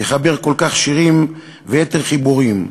יחבר כל כך שירים ויתר חיבורים,